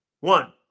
one